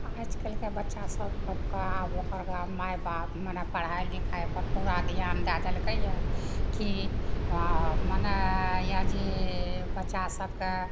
आइकाल्हिके बच्चा सबके आब ओकरा माय बाप मने पढ़ाइ लिखाइ पर पूरा ध्यान दए देलकैया की आ मने या जे बच्चा सबके